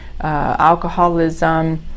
alcoholism